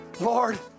Lord